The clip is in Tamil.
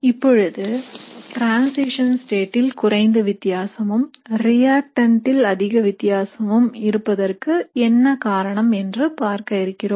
இப்பொழுது transition state ல் குறைந்த வித்தியாசமும் reactant ல் அதிக வித்தியாசமும் இருப்பதற்கு என்ன காரணம் என்று பார்க்க இருக்கிறோம்